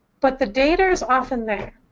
but the data is often there.